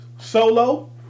Solo